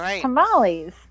tamales